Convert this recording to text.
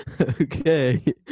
Okay